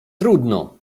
trudno